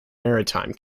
maritime